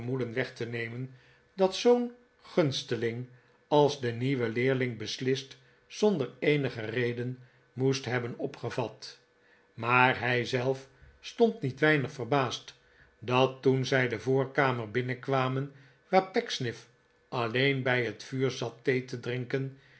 weg te nemen dat zoo'n gunsteling als de nieuwe leerling beslist zonder eenige reden moest hebben opgevat maar hij zelf stond niet weinig verbaasd dat toen zij de voorkamer binnenkwamen waar pecksniff alleen bij het vuur zat thee te drinken